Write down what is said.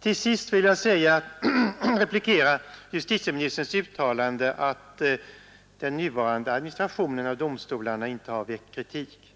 Till sist vill jag replikera justitieministern för hans uttalande att den nuvarande administrationen av domstolarna inte har väckt kritik.